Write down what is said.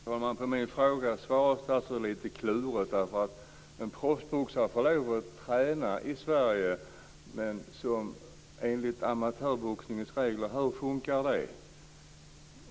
Fru talman! På min fråga svarar statsrådet lite kluvet att en proffsboxare får lov att träna i Sverige. Men hur fungerar det enligt amatörboxningens regler?